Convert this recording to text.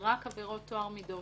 זה רק עבירות של טוהר מידות.